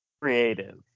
creative